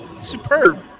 Superb